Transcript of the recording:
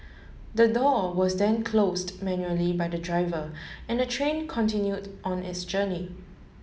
the door was then closed manually by the driver and the train continued on its journey